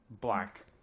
black